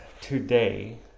today